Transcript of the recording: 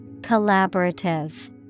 Collaborative